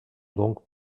donc